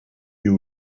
you